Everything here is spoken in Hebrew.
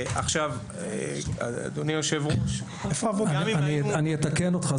עכשיו, אדוני היו"ר --- אני אתקן אותך.